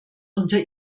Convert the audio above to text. unter